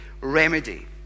remedy